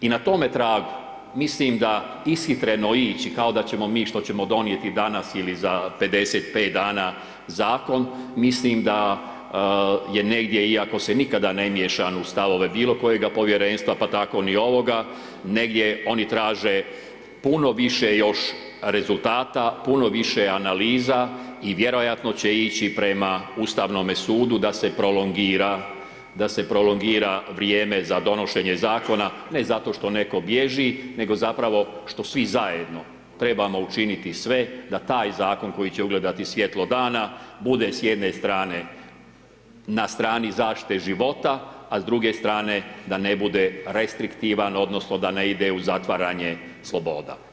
I na tome tragu, mislim da ishitreno ići kao da ćemo mi, što ćemo donijeti danas ili za 55 dana zakon, mislim da je negdje, iako se nikada ne miješam u stavove bilo kojega povjerenstva, pa tako ni ovoga, negdje oni traže puno više još rezultata, puno više analiza i vjerojatno će ići prema Ustavnome sudu da se prolongira vrijeme za donošenje zakona, ne zato što netko bježi nego zapravo što svi zajedno trebamo učiniti sve da taj zakon koji će ugledati svijetlo dana bude s jedne strane na strani zaštite života, a s druge strane da ne bude restriktivan, odnosno da ide u zatvaranje sloboda.